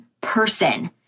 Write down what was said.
person